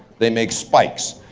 they make spikes,